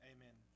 Amen